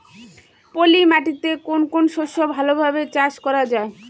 পলি মাটিতে কোন কোন শস্য ভালোভাবে চাষ করা য়ায়?